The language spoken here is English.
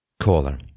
caller